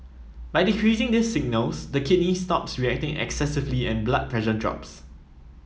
by decreasing these signals the kidneys stop reacting excessively and the blood pressure drops